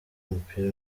umupira